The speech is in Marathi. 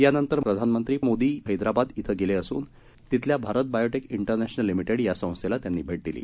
त्यानंतर मोदी याचं हैदराबाद गेले असून तिथल्या भारत बायोटेक इंटरनॅशनल लिमिटेड या संस्थेला त्यांनी भेट दिली